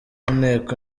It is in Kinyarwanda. nteko